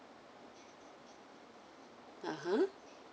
(uh huh)